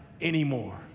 anymore